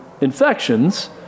infections